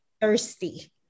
thirsty